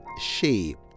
shaped